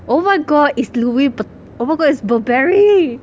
oh my god it's louis vuitt~ oh my god it's burberry